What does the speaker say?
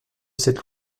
cette